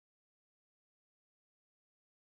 you stay macpherson different ah